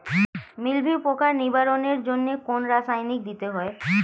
মিলভিউ পোকার নিবারণের জন্য কোন রাসায়নিক দিতে হয়?